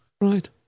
Right